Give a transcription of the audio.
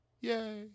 Yay